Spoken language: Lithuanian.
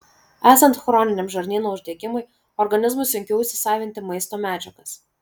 esant chroniniam žarnyno uždegimui organizmui sunkiau įsisavinti maisto medžiagas